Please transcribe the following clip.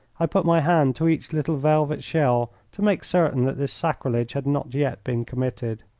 i put my hand to each little velvet shell to make certain that this sacrilege had not yet been committed.